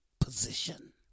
position